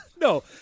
No